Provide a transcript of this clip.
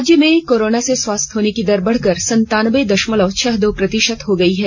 राज्य में कोरोना से स्वस्थ होने की दर बढ़कर संतानब्बे दशमलव छह दो प्रतिशत हो गयी है